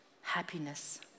happiness